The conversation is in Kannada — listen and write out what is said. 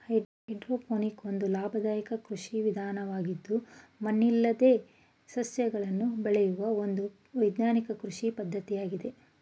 ಹೈಡ್ರೋಪೋನಿಕ್ ಒಂದು ಲಾಭದಾಯಕ ಕೃಷಿ ವಿಧಾನವಾಗಿದ್ದು ಮಣ್ಣಿಲ್ಲದೆ ಸಸ್ಯಗಳನ್ನು ಬೆಳೆಯೂ ಒಂದು ವೈಜ್ಞಾನಿಕ ಕೃಷಿ ಪದ್ಧತಿಯಾಗಿದೆ